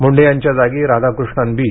मुंढे यांच्या जागी राधाकृष्णन बी